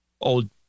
old